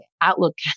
Outlook